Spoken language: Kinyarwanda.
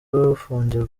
bafungirwa